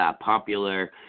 popular